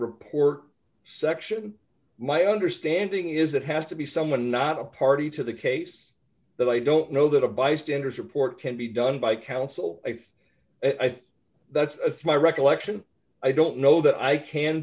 report section my understanding is it has to be someone not a party to the case that i don't know that a bystander's report can be done by counsel if i think that's a smart recollection i don't know that i can